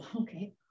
okay